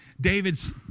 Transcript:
David's